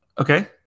Okay